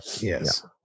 Yes